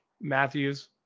Matthews